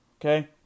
okay